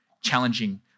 challenging